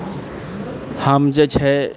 हम जे छै